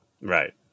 right